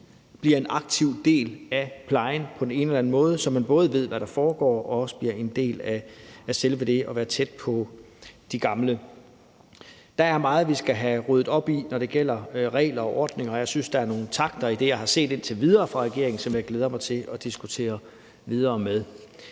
bliver en aktiv del af plejen på den ene eller den anden måde, så man både ved, hvad der foregår, og også bliver en del af selve det at være tæt på de gamle. Der er meget, vi skal have ryddet op i, når det gælder regler og ordninger, og jeg synes, der er nogle takter i det, jeg har set indtil videre fra regeringen, som jeg glæder mig til at diskutere videre med